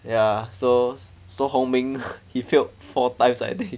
ya so so ho ming he failed four times I think